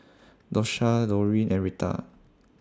Dosha Dorene and Retta